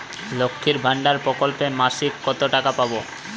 লক্ষ্মীর ভান্ডার প্রকল্পে মাসিক কত টাকা পাব?